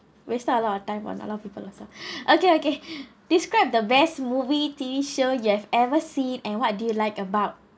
wasted a lot of time on a lot of people also okay okay describe the best movie T_V show you have ever seen and what do you like about